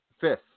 Fifth